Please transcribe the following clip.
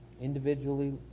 individually